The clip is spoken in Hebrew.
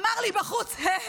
אמר לי בחוץ: הא,